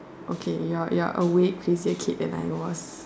okay your your a way easier kid than I was